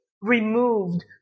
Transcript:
removed